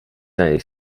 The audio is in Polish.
tej